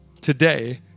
today